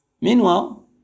Meanwhile